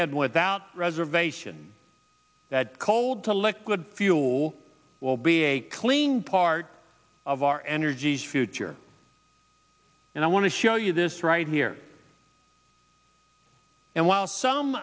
and without reservation that cold to look good fuel will be a clean part of our energy future and i want to show you this right here and while some